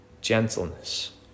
gentleness